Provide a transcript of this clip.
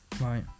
right